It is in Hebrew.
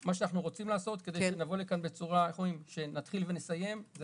מה שאנחנו רוצים לעשות כדי שנבוא לפה בצורה שנתחיל ונסיים זה